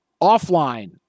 offline